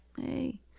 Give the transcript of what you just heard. hey